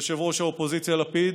יושב-ראש האופוזיציה לפיד,